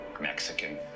mexican